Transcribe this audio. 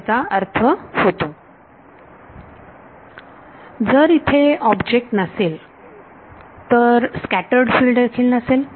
विद्यार्थी जर इथे ऑब्जेक्ट नसेल तर स्कॅटर्ड फिल्ड देखील नसेल